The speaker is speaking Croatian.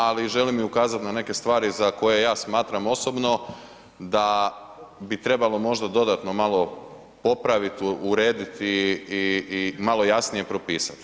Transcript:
Ali želim i ukazati na neke stvari za koje ja smatram osobno da bi trebalo možda dodatno malo popraviti, urediti i malo jasnije propisati.